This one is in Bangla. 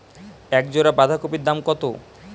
এক জোড়া বাঁধাকপির দাম কত?